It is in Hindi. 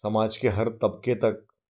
समाज के हर तबके तक